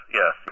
yes